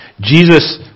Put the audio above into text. Jesus